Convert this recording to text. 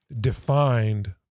defined